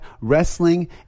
wrestling